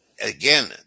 again